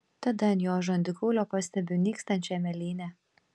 tada ant jo žandikaulio pastebiu nykstančią mėlynę